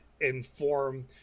inform